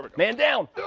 but man down!